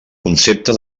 concepte